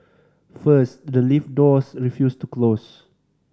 first the lift doors refused to close